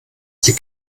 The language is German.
sie